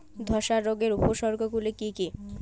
ধসা রোগের উপসর্গগুলি কি কি?